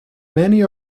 many